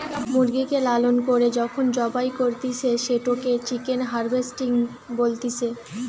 মুরগিকে লালন করে যখন জবাই করতিছে, সেটোকে চিকেন হার্ভেস্টিং বলতিছে